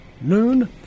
noon